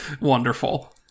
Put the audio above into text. Wonderful